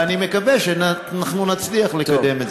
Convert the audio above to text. ואני מקווה שאנחנו נצליח לקדם, טוב.